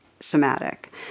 Somatic